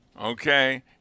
okay